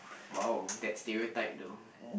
!wow! that stereotype though